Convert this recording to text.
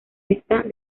estas